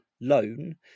loan